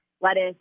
lettuce